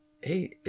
hey